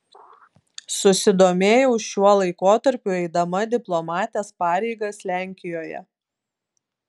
susidomėjau šiuo laikotarpiu eidama diplomatės pareigas lenkijoje